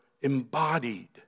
embodied